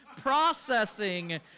processing